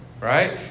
right